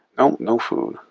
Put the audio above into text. nope, no food.